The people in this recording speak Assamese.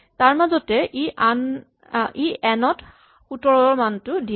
তাৰমাজতে ই এন ত ১৭ মানটো দিয়ে